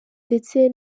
ndetse